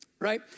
right